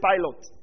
pilot